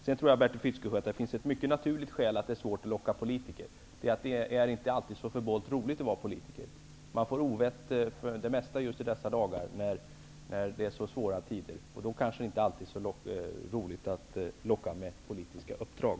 Jag tror, Bertil Fiskesjö, att det finns ett mycket naturligt skäl till att det är svårt att locka politiker. Det är inte alltid så förbålt roligt att vara politiker. Man får ovett för det mesta just i dessa dagar när det är svåra tider. Då kanske det inte alltid är så roligt att locka med politiska uppdrag.